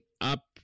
up